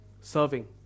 Serving